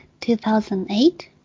2008